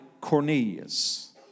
Cornelius